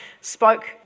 spoke